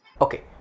okay